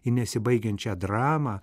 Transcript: į nesibaigiančią dramą